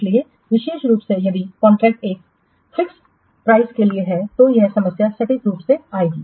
इसलिए विशेष रूप से यदि कॉन्ट्रैक्ट एक फिक्स प्राइसके लिए है तो यह समस्या सटीक रूप से आएगी